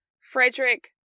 Frederick